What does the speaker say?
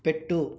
పెట్టు